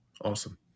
Awesome